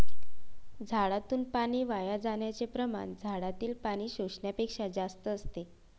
झाडातून पाणी वाया जाण्याचे प्रमाण झाडातील पाणी शोषण्यापेक्षा जास्त असते